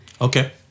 Okay